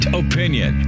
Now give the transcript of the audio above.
opinion